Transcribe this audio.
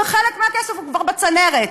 וחלק מהכסף הוא כבר בצנרת.